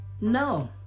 No